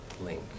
link